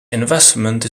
investment